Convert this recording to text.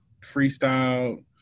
freestyle